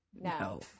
No